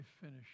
finish